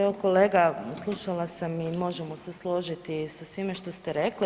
Evo kolega slušala sam i možemo se složiti sa svime što ste rekli.